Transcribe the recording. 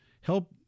help